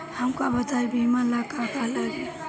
हमका बताई बीमा ला का का लागी?